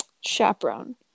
chaperone